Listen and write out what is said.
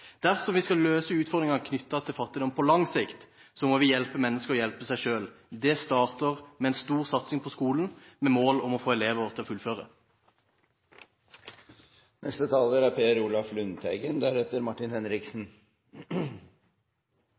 Dersom vi skal løse utfordringene knyttet til fattigdom på lang sikt, må vi hjelpe mennesker å hjelpe seg selv. Det starter med en stor satsing på skolen, med mål om å få elever til å fullføre. Trygghet ved sykdom er